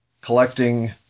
collecting